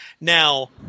Now